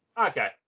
Okay